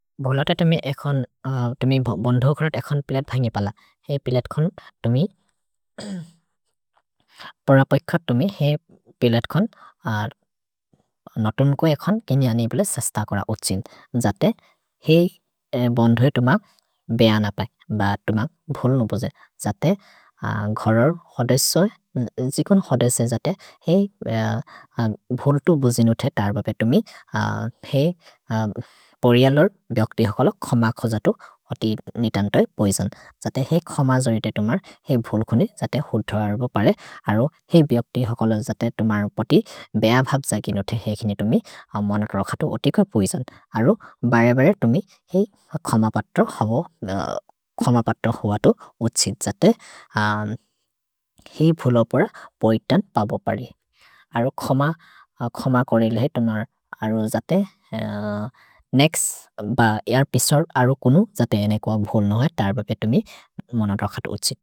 भ्होल त तुमि एखोन्, तुमि बोन्धो घरत् एखोन् पिलेत् भन्गि पल। हेइ पिलेत् खोन् तुमि, पर पेखर् तुमि हेइ पिलेत् खोन् नतोन् को एखोन् केन्यनि बिले सस्त कोर ओछिन्। जते हेइ बोन्धोइ तुम बेअन पै। भ तुम भोल्नु बोजे। जते घरर् होदेसे, जिकोन् होदेसे जते हेइ भोल्तु बोजिनुते तर् बपे तुमि हेइ परिअलोर् बिअक्ति होकलो खम खोज तु ओति नितन्तो हेइ पोइसोन्। जते हेइ खम जोएते तुमर् हेइ भोल् खुनि जते होधो अर्बो परे। अरो हेइ बिअक्ति होकलो जते तुमरो पति बेअ भब् जगिनो ते हेकिनि तुमि मनक् रख तु ओतिको हेइ पोइसोन्। अरो बरे बरे तुमि हेइ खम पत्तो हबो, खम पत्तो हुअतो उछित् जते हेइ भोलोपर पोइतन् पबो परे। अरो खम, खम कोरेले हेइ तुमर् अरो जते नेक्स् ब एर् पिसोर् अरो कुनु जते एने कुअ भोल्नो हर् तर् बपे तुमि मनक् रख तु उछित्।